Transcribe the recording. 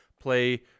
play